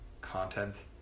content